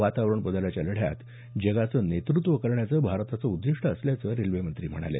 वातावरण बदलाच्या लढ्यात जगाचं नेतृत्व करण्याचं भारताचं उद्दीष्ट असल्याचं रेल्वेमंत्री गोयल म्हणाले